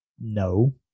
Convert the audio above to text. No